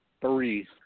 three